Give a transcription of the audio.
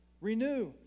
renew